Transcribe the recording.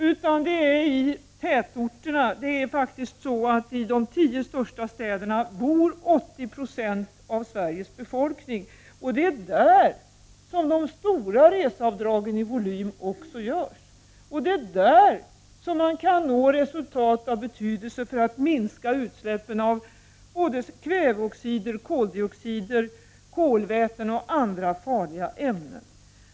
Problemet finns i tätorterna. I de tio största städerna i Sverige bor 80 96 av befolkningen. I dessa områden är reseavdragen ofta förekommande. Det är där man kan nå resultat av betydelse när det gäller att minska utsläppen av kväveoxider, koldixoider, kolväten och andra farliga ämnen.